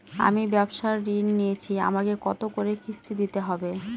আমি ব্যবসার ঋণ নিয়েছি আমাকে কত করে কিস্তি দিতে হবে?